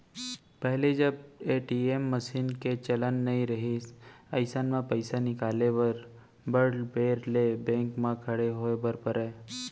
पहिली जब ए.टी.एम मसीन के चलन नइ रहिस अइसन म पइसा निकाले बर बड़ बेर ले बेंक म खड़े होय बर परय